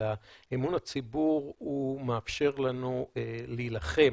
אלא אמון הציבור מאפשר לנו להילחם.